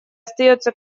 остается